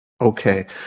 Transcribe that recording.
okay